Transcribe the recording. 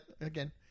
again